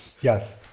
Yes